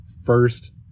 first